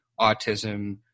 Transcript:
autism